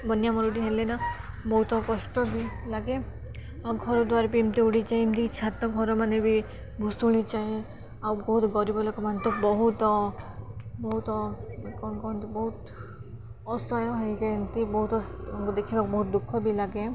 ବନ୍ୟା ମରୁଡ଼ି ହେଲେ ନା ବହୁତ କଷ୍ଟ ବି ଲାଗେ ଆଉ ଘରଦ୍ୱାର ବି ଏମିତି ଉଡ଼ିିଯାଏ ଏମିତି ଛାତ ଘରମାନେ ବି ଭୁଷୁଡ଼ି ଯାଏ ଆଉ ବହୁତ ଗରିବ ଲୋକମାନେ ତ ବହୁତ ବହୁତ କ'ଣ କୁହନ୍ତି ବହୁତ ଅସହ୍ୟ ହେଇଯାନ୍ତି ଏମିତି ବହୁତ ଦେଖିବାକୁ ବହୁତ ଦୁଃଖ ବି ଲାଗେ